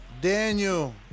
daniel